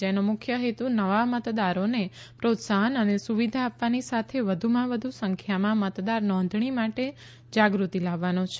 જેનો મુખ્ય હેતુ નવા મતદારોને પ્રોત્સાફન અને સુવિધા આપવાની સાથે વધુમાં વધુ સંખ્યામાં મતદાર નોંધણી માટે જાગૃતિ લાવવાનો છે